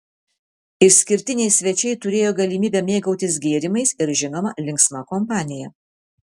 išskirtiniai svečiai turėjo galimybę mėgautis gėrimais ir žinoma linksma kompanija